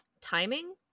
timing